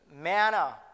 manna